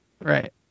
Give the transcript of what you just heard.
Right